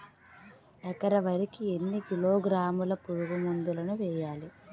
ఎకర వరి కి ఎన్ని కిలోగ్రాముల పురుగు మందులను వేయాలి?